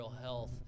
health